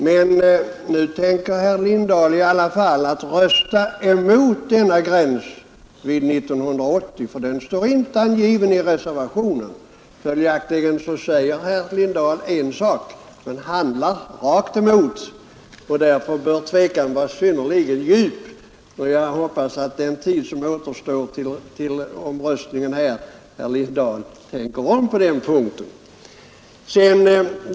Men nu tänker herr Lindahl i alla fall rösta emot förslaget om denna gräns vid 1980, ty det årtalet står inte angivet i reservationen. Följaktligen säger herr Lindahl en sak men handlar rakt emot. Därför bör hans tvekan vara synnerligen stark i detta fall. Jag hoppas att herr Lindahl tänker om på den punkten under den tid som återstår till omröstningen i denna fråga.